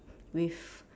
with